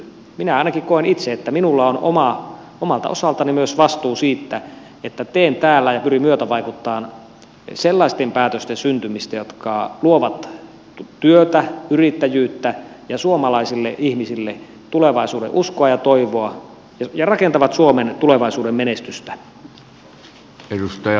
minä ainakin koen itse että minulla on omalta osaltani myös vastuu siitä että pyrin myötävaikuttamaan sellaisten päätösten syntymistä jotka luovat työtä yrittäjyyttä ja suomalaisille ihmisille tulevaisuudenuskoa ja toivoa ja rakentavat suomen tulevaisuuden menestystä